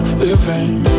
living